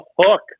hook